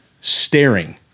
staring